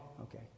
okay